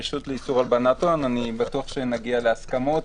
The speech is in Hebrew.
הרשות לאיסור הלבנת הון אני בטוח שנגיע להסכמות,